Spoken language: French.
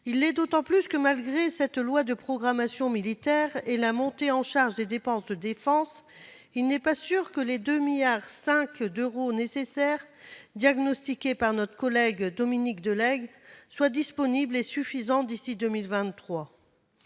Il l'est d'autant plus que, malgré cette loi de programmation militaire et la montée en charge des dépenses de défense, il n'est pas sûr que les 2,5 milliards d'euros diagnostiqués par notre collègue Dominique de Legge seront disponibles, et suffisants, d'ici à 2023.